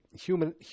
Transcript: human